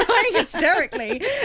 hysterically